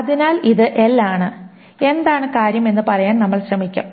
അതിനാൽ ഇത് എൽ ആണ് എന്താണ് കാര്യം എന്ന് പറയാൻ നമ്മൾ ശ്രമിക്കും